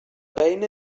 beina